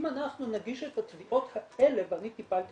אם אנחנו נגיש את התביעות האלה ואני טפלתי